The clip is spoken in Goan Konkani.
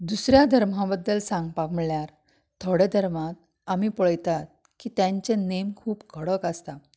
दुसऱ्या धर्मा बद्दल सांगपाक म्हणल्यार थोडे धर्माक आमी पळयतात की त्याचें नेम खूब कडक आसता